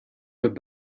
would